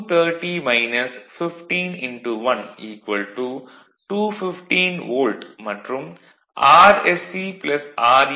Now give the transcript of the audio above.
Eb1 230 15 1 215 volt மற்றும் Rse ra 1 Ω